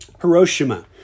Hiroshima